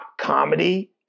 comedy